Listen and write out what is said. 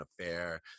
affair